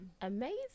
Amazing